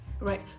Right